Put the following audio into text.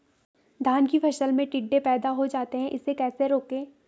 धान की फसल में टिड्डे पैदा हो जाते हैं इसे कैसे रोकें?